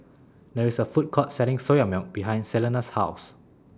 There IS A Food Court Selling Soya Milk behind Celena's House